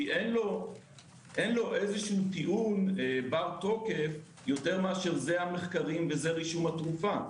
כי אין לו טיעון בר תוקף יותר מאשר זה המחקרים וזה רישום התרופה.